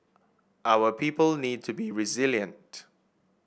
our people need to be resilient